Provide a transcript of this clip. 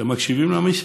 אתם מקשיבים למספר?